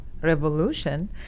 revolution